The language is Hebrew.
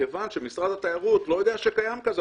מכיוון שמשרד התיירות לא יודע שקיים דבר כזה,